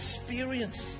experience